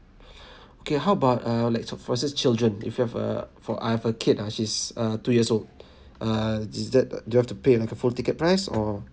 okay how about uh like so for says children if you have a for I have a kid ah she's uh two years old err is that do I have to pay like a full ticket price or